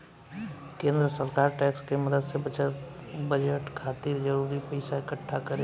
केंद्र सरकार टैक्स के मदद से बजट खातिर जरूरी पइसा इक्कठा करेले